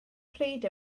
pryd